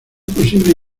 posible